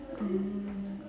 oh